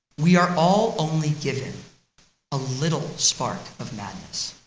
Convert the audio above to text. we are all only given a little spark of madness.